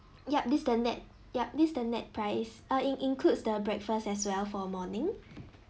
yup this the net yup this the net price uh in~ includes the breakfast as well for morning